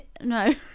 No